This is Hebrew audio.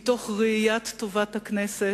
מתוך ראיית טובת הכנסת,